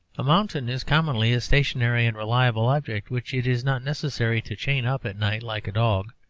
a mountain is commonly a stationary and reliable object which it is not necessary to chain up at night like a dog.